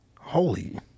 Holy